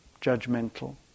judgmental